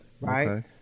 Right